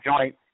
joint